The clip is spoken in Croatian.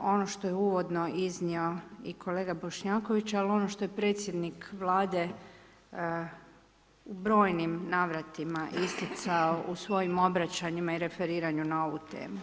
ono što je uvodno iznio i kolega Bošnjaković, al ono što je predsjednik Vlade brojnim navratima isticao u svojim obraćanjima i referiranju na ovu temu.